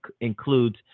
includes